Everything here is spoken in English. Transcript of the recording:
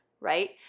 right